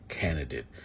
candidate